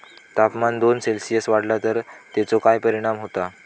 तापमान दोन सेल्सिअस वाढला तर तेचो काय परिणाम होता?